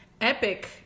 epic